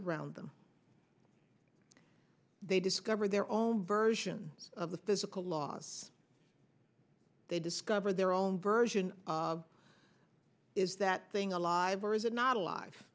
around them they discover their own version of the physical laws they discover their own version is that thing alive or is it not alive